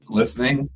listening